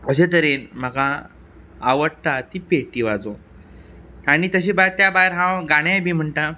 अशें तरेन म्हाका आवडटा ती पेटी वाजोवंक आनी तशें भायर त्या भायर हांव गाणेंय बी म्हणटा